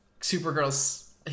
Supergirl's